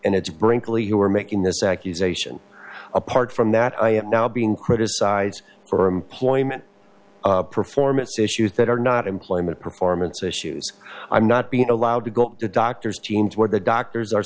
it's brinkley who are making this accusation apart from that i am now being criticized for employment performance issues that are not employment performance issues i'm not being allowed to go to the doctor's jeans where the doctors are